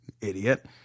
idiot